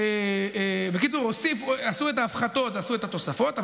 בקיצור, עשו את ההפחתות ועשו את התוספות.